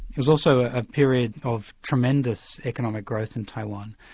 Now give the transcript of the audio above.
it was also a period of tremendous economic growth in taiwan,